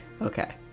Okay